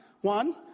One